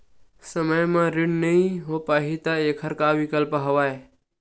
समय म ऋण नइ हो पाहि त एखर का विकल्प हवय?